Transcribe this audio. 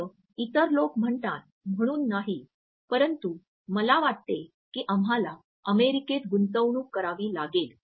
फक्त इतर लोक म्हणतात म्हणून नाही परंतु मला वाटते की आम्हाला अमेरिकेत गुंतवणूक करावी लागेल